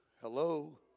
Hello